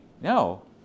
No